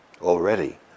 already